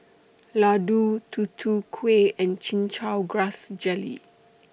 Laddu Tutu Kueh and Chin Chow Grass Jelly